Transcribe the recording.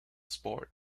sport